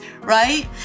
right